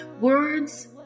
Words